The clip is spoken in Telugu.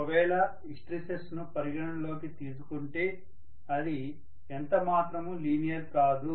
ఒకవేళ హిస్టెరిసిస్ను పరిగణనలోకి తీసుకుంటే అది ఎంత మాత్రము లీనియర్ కాదు